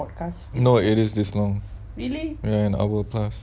no it is this long ya an hour plus